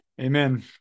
Amen